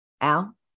Al